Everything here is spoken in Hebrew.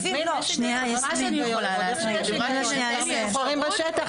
בוודאי שאני יכולה להסביר --- הם משוחררים בשטח,